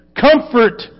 Comfort